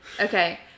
Okay